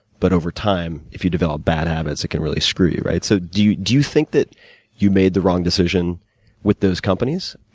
but, over time, if you develop bad habits, it can really screw you, right? so, do you do you think that you made the wrong decision with those companies,